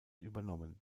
übernommen